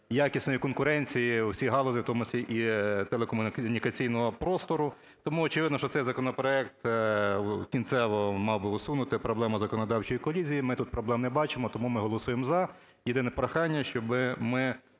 якісної конкуренції усіх галузей, у тому числі і телекомунікаційного простору. Тому очевидно, що цей законопроект кінцево мав би усунути проблему законодавчої колізії. Ми тут проблем не бачимо, тому ми голосуємо "за". Єдине прохання, щоби ми